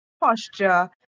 posture